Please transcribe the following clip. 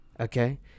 okay